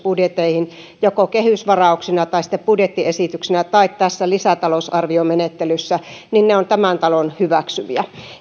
budjetteihin joko kehysvarauksina tai sitten budjettiesityksinä tai tässä lisätalousarviomenettelyssä on tämän talon hyväksymä